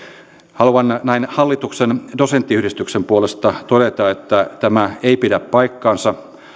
haluan näin hallituksen dosenttiyhdistyksen puolesta todeta että tämä ei pidä paikkaansa